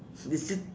we still